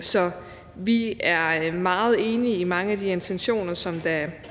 Så vi er meget enige i mange af de her intentioner, der